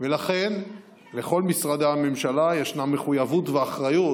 ולכן לכל משרדי הממשלה ישנה מחויבות ואחריות